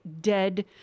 dead